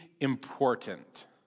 important